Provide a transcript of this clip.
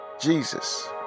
Jesus